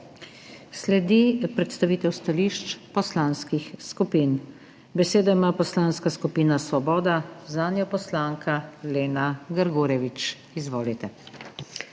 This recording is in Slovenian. Sledi predstavitev stališč poslanskih skupin. Besedo ima Poslanska skupina Svoboda, zanjo poslanka Lena Grgurevič. Izvolite.